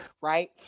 right